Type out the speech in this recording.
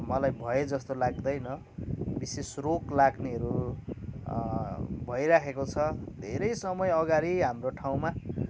अब मलाई भए जस्तो लाग्दैन विशेष रोग लाग्नेहरू भइराखेको छ धेरै समय अगाडि हाम्रो ठाउँमा